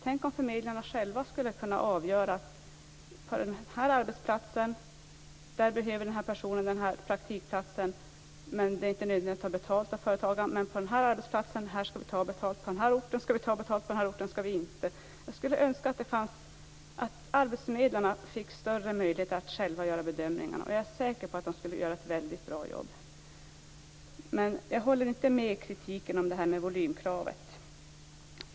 Tänk om förmedlarna själva skulle kunna avgöra: På den här arbetsplatsen behöver den här personen den här praktikplatsen, men det är inte nödvändigt att ta betalt av företagaren. På den här arbetsplatsen skall vi däremot ta betalt. På den här orten skall vi ta betalt; på den här orten skall vi inte. Jag skulle önska att arbetsförmedlarna fick större möjlighet att själva göra de bedömningarna. Jag är säker på att de skulle göra ett väldigt bra jobb. Men jag håller inte med om kritiken mot volymkravet.